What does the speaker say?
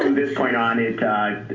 this point on it